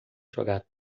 jogar